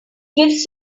gives